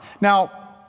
Now